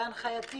בהנחייתי